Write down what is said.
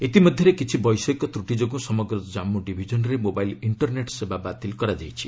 ଇତିମଧ୍ୟରେ କିଛି ବୈଷୟିକ ତ୍ରଟି ଯୋଗୁଁ ସମଗ୍ର ଜାନ୍ପୁ ଡିଭିଜନରେ ମୋବାଇଲ୍ ଇଷ୍କରନେଟ୍ ସେବା ବାତିଲ କରାଯାଇଛି